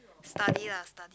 study lah study